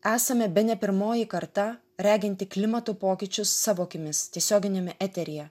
esame bene pirmoji karta reginti klimato pokyčius savo akimis tiesioginiame eteryje